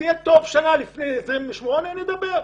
תהיה טוב שנה לפני 28 נדבר,